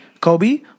Kobe